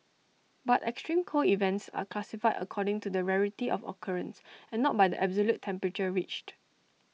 but extreme cold events are classified according to the rarity of occurrence and not by the absolute temperature reached